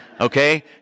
okay